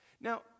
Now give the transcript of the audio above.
Now